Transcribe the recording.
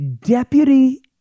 Deputy